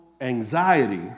anxiety